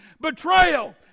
Betrayal